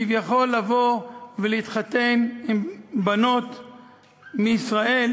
כביכול לבוא ולהתחתן עם בנות מישראל,